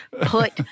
put